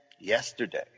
yesterday